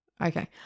Okay